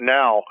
now